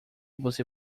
você